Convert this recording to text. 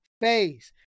phase